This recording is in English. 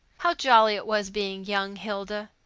how jolly it was being young, hilda!